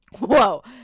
Whoa